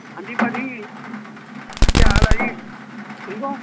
ਹਾਂਜੀ ਭਾਅ ਜੀ ਕਿਆ ਹਾਲ ਆ ਜੀ ਠੀਕ ਹੋ